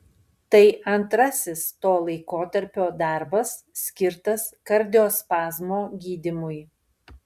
tai antrasis to laikotarpio darbas skirtas kardiospazmo gydymui